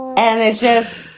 and i just